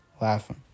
laughing